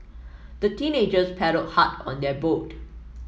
the teenagers paddled hard on their boat